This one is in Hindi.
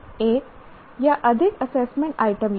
एक या अधिक एसेसमेंट आइटम लिखें